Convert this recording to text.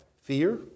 Fear